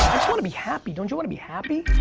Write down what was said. wanna be happy. don't you wanna be happy?